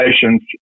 patients